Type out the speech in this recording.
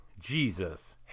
Jesus